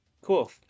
cool